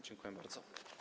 Dziękuję bardzo.